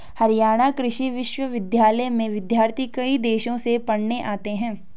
हरियाणा कृषि विश्वविद्यालय में विद्यार्थी कई देशों से पढ़ने आते हैं